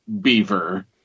beaver